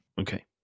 Okay